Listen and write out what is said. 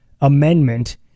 amendment